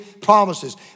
promises